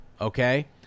okay